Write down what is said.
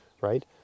right